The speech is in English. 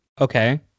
Okay